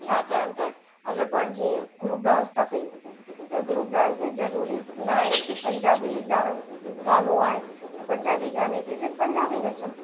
छाकाणि त अगरि पंहिंजे गुरुप डांस था कयूं त गुरुप डांस में ज़रूरी नाहे कि पंजाबी डां गानो आहे त पंजाबी गाने ते सिर्फ़ु पंजाबी नचनि